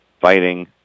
fighting